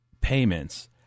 payments